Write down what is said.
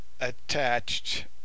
attached